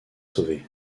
sauvé